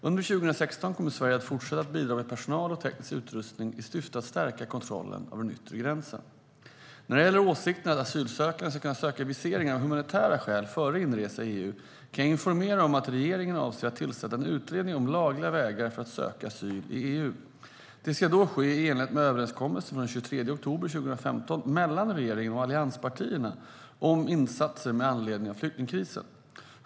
Under 2016 kommer Sverige att fortsätta att bidra med personal och teknisk utrustning i syfte att stärka kontrollen av den yttre gränsen. När det gäller åsikten att asylsökande ska kunna söka viseringar av humanitära skäl före inresa i EU kan jag informera om att regeringen avser att tillsätta en utredning om lagliga vägar för att söka asyl i EU. Den ska då ske i enlighet med överenskommelsen från den 23 oktober 2015 mellan regeringen och allianspartierna om insatser med anledning av flyktingkrisen.